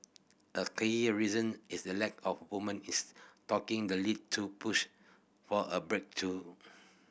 a key reason is the lack of women is taking the lead to push for a breakthrough